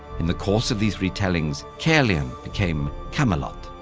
in the course of these retellings, caerleon became camelot,